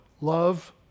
Love